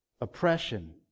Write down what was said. oppression